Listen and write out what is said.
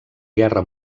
guerra